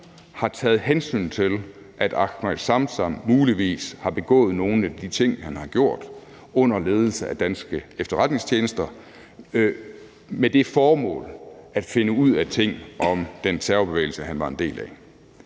har taget hensyn til, at Ahmed Samsam muligvis har begået nogle af de ting, han har gjort, under ledelse af danske efterretningstjenester med det formål at finde ud af ting om den terrorbevægelse, han var en del af.